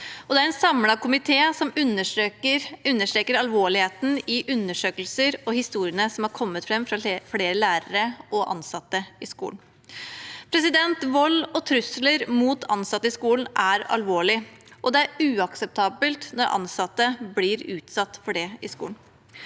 Det er en samlet komité som understreker alvorligheten i undersøkelsene og i historiene som har kommet fram fra flere lærere og ansatte i skolen. Vold og trusler mot ansatte i skolen er alvorlig, og det er uakseptabelt når ansatte blir utsatt for det i skolen.